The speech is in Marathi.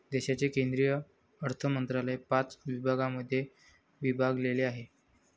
देशाचे केंद्रीय अर्थमंत्रालय पाच विभागांमध्ये विभागलेले आहे